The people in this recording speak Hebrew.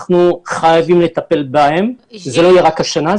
אנחנו חייבים לטפל בהן ולא רק השנה.